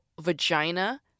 vagina